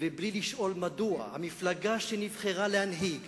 ובלי לשאול מדוע המפלגה שנבחרה להנהיג